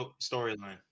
storyline